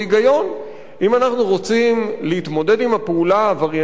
אם אנחנו רוצים להתמודד עם הפעולה העבריינית הטרוריסטית,